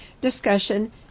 discussion